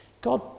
God